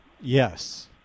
Yes